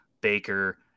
Baker